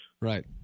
right